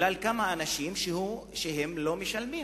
בגלל כמה אנשים שלא משלמים?